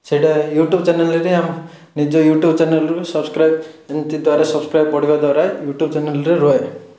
ସେଇଟା ୟୁଟ୍ୟୁବ୍ ଚ୍ୟାନେଲ୍ରେ ବି ଆମେ ନିଜ ୟୁଟ୍ୟୁବ୍ ଚ୍ୟାନେଲ୍ରୁ ସବସକ୍ରାଇବ୍ ଏମିତି ଦ୍ୱାରା ସବସକ୍ରାଇବ୍ ବଢ଼ିବା ଦ୍ୱାରା ୟୁଟ୍ୟୁବ୍ ଚ୍ୟାନାଲ୍ରେ ରୁହେ